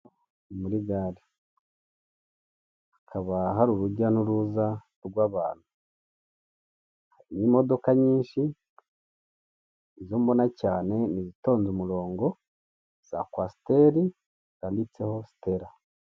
Ni muri gare hakaba hari urujya n'uruza rw'abantu n'imodoka nyinshi, izo mbona cyane n'izitondetse ku murongo za kwasiteri zanditseho sitela.